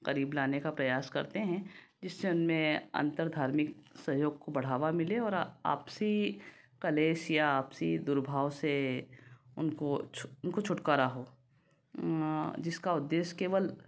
करीब लाने का प्रयास करते हैं जिससे उनमें अंतरधार्मिक सहयोग को बढ़ावा मिले और आपसी कलेश या आपसी दुर्भाव से उनको छु उनको छुटकारा हो जिसका उदेश्य केवल